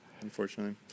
unfortunately